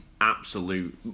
absolute